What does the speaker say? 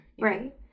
Right